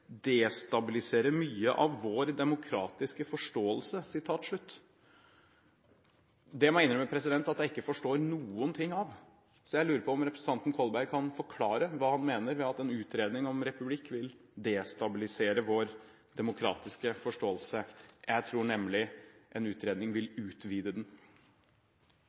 veldig mye av vår demokratiske forståelse». Jeg må innrømme at jeg ikke forstår noe av det, så jeg lurer på om representanten Kolberg kan forklare hva han mener med at en utredning om republikk vil destabilisere vår demokratiske forståelse. Jeg tror nemlig en utredning vil utvide den.